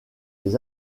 les